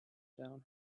down